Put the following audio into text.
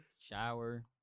Shower